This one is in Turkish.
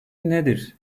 nedir